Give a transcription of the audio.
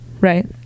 right